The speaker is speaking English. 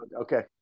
Okay